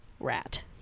rat